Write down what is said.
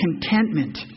contentment